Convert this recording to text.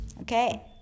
okay